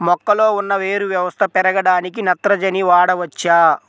మొక్కలో ఉన్న వేరు వ్యవస్థ పెరగడానికి నత్రజని వాడవచ్చా?